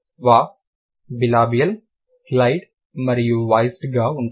వ bilabial glide మరియు voiced గా ఉంటుంది